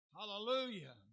Hallelujah